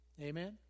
Amen